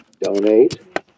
donate